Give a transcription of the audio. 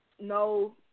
no